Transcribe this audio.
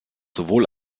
sowohl